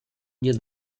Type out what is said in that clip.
nie